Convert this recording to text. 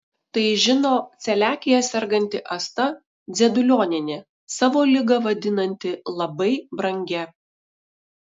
tai žino celiakija serganti asta dzedulionienė savo ligą vadinanti labai brangia